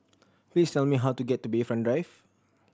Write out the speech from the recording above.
please tell me how to get to Bayfront Drive